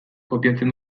kopiatzen